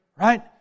Right